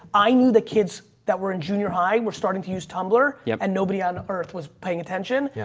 i knew the kids that were in junior high were starting to use tumblr yeah and nobody on earth was paying attention. yeah